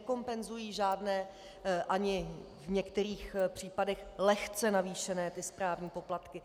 Nekompenzují žádné, ani v některých případech lehce navýšené správní poplatky.